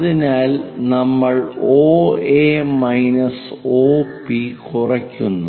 അതിനാൽ നമ്മൾ OA minus OP കുറയ്ക്കുന്നു